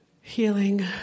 healing